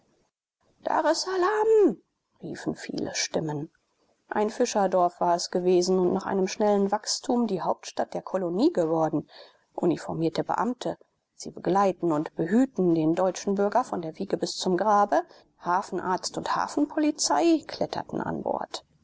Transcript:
daressalam riefen viele stimmen ein fischerdorf war es gewesen und nach einem schnellen wachstum die hauptstadt der kolonie geworden uniformierte beamte sie begleiten und behüten den deutschen bürger von der wiege bis zum grabe hafenarzt und hafenpolizei kletterten an bord